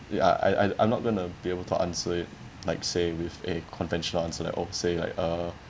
ya I I I'm not going to be able to answer it like say with a conventional answer like oh say like uh